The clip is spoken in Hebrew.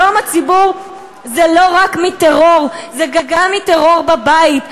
שלום הציבור זה לא רק מטרור, זה גם מטרור בבית.